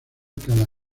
cada